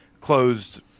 closed